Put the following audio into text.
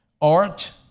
Art